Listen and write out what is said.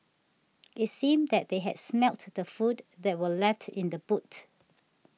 it seemed that they had smelt the food that were left in the boot